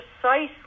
precisely